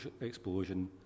explosion